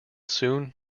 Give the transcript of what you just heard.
soon